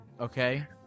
Okay